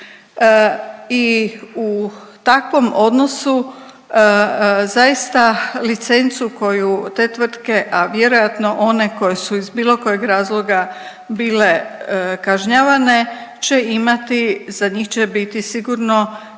i u takvom odnosu zaista licencu koju te tvrtke, a vjerojatno one koje su iz bilo kojeg razloga bile kažnjavane će imati, za njih će biti sigurno